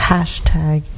Hashtag